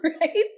right